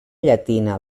llatina